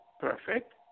perfect